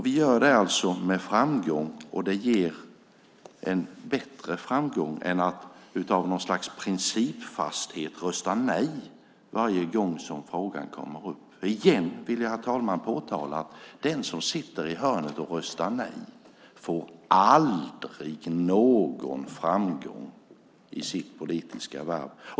Vi gör det med framgång, och det ger en bättre framgång än att av principfasthet rösta nej varje gång som frågan kommer upp. Jag vill igen påtala, herr talman, att den som sitter i hörnet och röstar nej aldrig får någon framgång i sitt politiska värv.